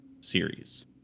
series